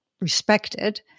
respected